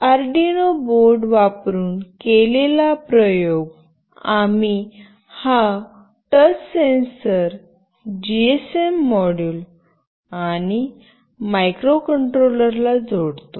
Arduino board वापरून केलेला प्रयोग आम्ही हा टच सेन्सर जीएसएम मॉड्यूल आणि मायक्रोकंट्रोलर ला जोडतो